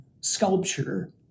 sculpture